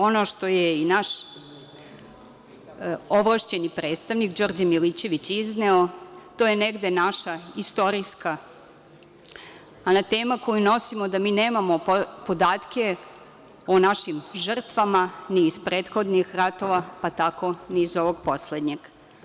Ono što je i naš ovlašćeni predstavnik Đorđe Milićević izneo, to je negde naša istorijska anatema koju nosimo, da mi nemamo podatke o našim žrtvama ni iz prethodnih ratova, pa tako ni iz ovog poslednjeg.